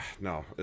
no